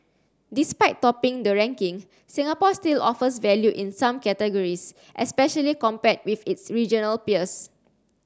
despite topping the ranking Singapore still offers value in some categories especially compared with its regional peers